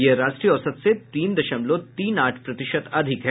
यह राष्ट्रीय औसत से तीन दशमलव तीन आठ प्रतिशत अधिक है